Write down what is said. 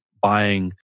buying